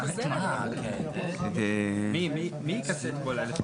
אמבולנס בעד המבוטח הנוסע לבית חולים